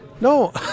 No